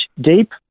deep